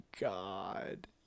God